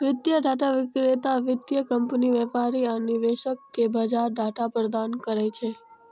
वित्तीय डाटा विक्रेता वित्तीय कंपनी, व्यापारी आ निवेशक कें बाजार डाटा प्रदान करै छै